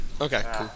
Okay